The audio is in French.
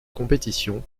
compétition